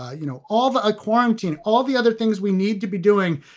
ah you know, all the quarantine, all the other things we need to be doing.